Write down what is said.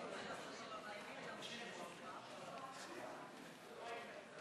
תודה, גברתי היושבת-ראש.